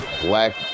black